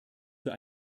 für